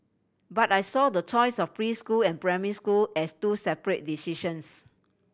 but I saw the choice of preschool and primary school as two separate decisions